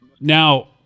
now